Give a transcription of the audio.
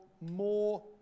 More